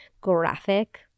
graphic